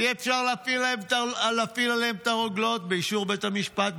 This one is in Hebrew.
אי-אפשר להפעיל עליהם את הרוגלות באישור בית המשפט,